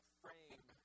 frame